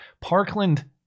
Parkland